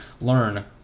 learn